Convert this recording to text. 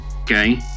Okay